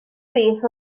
beth